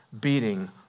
beating